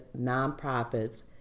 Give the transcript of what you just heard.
nonprofits